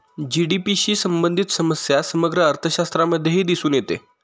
GDP शी संबंधित समस्या समग्र अर्थशास्त्रामध्येही दिसून येते